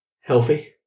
healthy